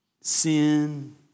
sin